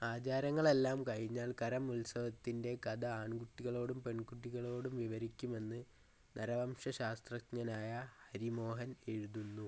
ആചാരങ്ങളെല്ലാം കഴിഞ്ഞാൽ കരം ഉത്സവത്തിൻ്റെ കഥ ആൺകുട്ടികളോടും പെൺകുട്ടികളോടും വിവരിക്കുമെന്ന് നരവംശ ശാസ്ത്രജ്ഞനായ ഹരി മോഹൻ എഴുതുന്നു